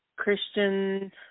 Christian